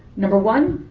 number one,